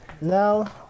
now